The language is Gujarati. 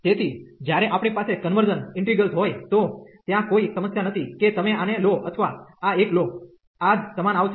તેથી જ્યારે આપણી પાસે કન્વર્ઝન ઇંટીગ્રેલ્સ હોય તો ત્યાં કોઈ સમસ્યા નથી કે તમે આને લો અથવા આ એક લો આ જ સમાન આવશે